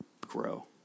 grow